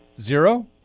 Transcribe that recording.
Zero